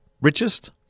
richest